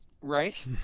Right